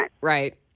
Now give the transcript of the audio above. Right